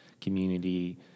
community